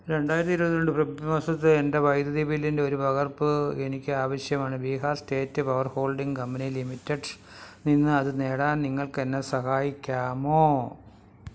രണ്ടായിരത്തി ഇരുപത്തിരണ്ട് ഫെബ്രുരി മാസത്തെ എൻറെ വൈദ്യുതി ബില്ലിൻ്റെ ഒരു പകർപ്പ് എനിക്ക് ആവശ്യമാണ് Bihar state power holding company limited നിന്ന് അത് നേടാൻ നിങ്ങൾക്കെന്നെ സഹായിക്കാമോ